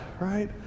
right